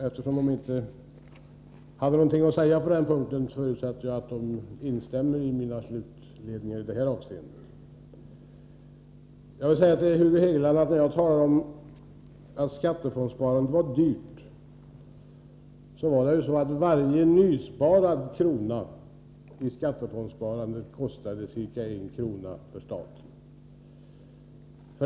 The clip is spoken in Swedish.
Eftersom de inte hade någonting att säga på den punkten, förutsätter jag att de instämmer i min slutledning i det avseendet. Jag talade om att skattefondssparandet var dyrt. Jag vill säga till Hugo Hegeland att varje ny sparad krona i skattefondssparandet kostade ca en krona för staten.